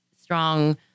strong